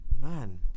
man